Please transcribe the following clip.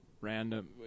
random